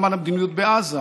גם על המדיניות בעזה.